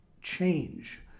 change